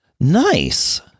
Nice